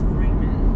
Freeman